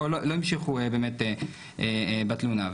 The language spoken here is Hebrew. ולא המשיכו באמת בתלונה.